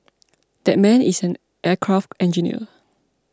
that man is an aircraft engineer